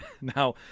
Now